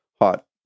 hot